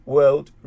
World